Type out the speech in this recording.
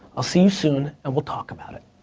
i'll see you soon and we'll talk about it.